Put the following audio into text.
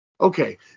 Okay